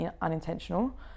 unintentional